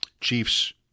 Chiefs